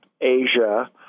Asia